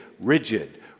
Rigid